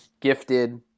gifted